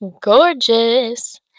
gorgeous